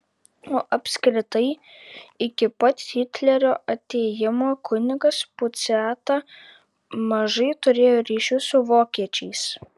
o apskritai iki pat hitlerio atėjimo kunigas puciata mažai turėjo ryšių su vokiečiais